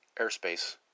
airspace